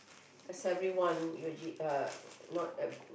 does everyone Yuji uh not uh